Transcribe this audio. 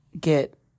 get